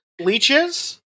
Leeches